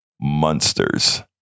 monsters